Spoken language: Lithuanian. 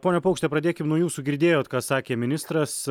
pone paukšte pradėkim nuo jūsų girdėjot ką sakė ministras